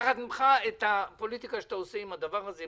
את הפוליטיקה שאתה עושה עם הדבר הזה,